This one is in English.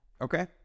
Okay